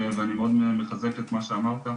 ואני מאוד מחזק את מה שאמרת,